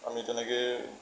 আমি তেনেকৈ